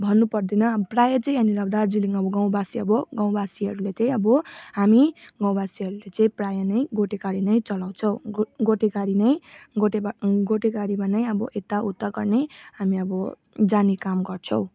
भन्नु पर्दैन अब प्राय चाहिँ हामी लग् दार्जिलिङ अब गाउँवासी अब गाउँवासीहरूले त्यै अब हामी गाउँवासीहरूले चाहिँ प्राय नै गोटे गाडी नै चलाउँछौँ गो गोटे गाडी नै गोटे बा गोटे गाडीमा नै अब यता उता गर्ने हामी अब जाने काम गर्छौँ